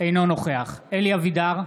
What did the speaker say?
אינו נוכח אלי אבידר,